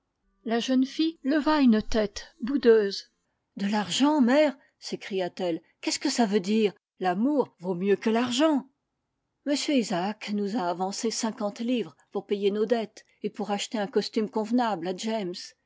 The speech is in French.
la jeune fille leva une tête boudeuse de l'argent mère s'écria-t-elle qu'est-ce que ça veut dire l'amour vaut mieux que l'argent m isaacs nous a avancé cinquante livres pour payer nos dettes et pour acheter un costume convenable à james